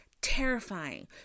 terrifying